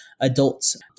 adults